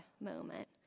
moment